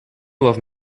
love